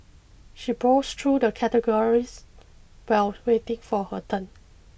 she browsed through the categories while waiting for her turn